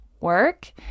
Work